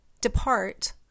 Depart